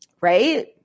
Right